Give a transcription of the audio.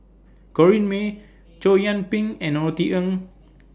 Corrinne May Chow Yian Ping and Norothy Ng